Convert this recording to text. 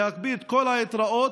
להקפיא את כל ההתראות,